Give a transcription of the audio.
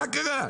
מה קרה?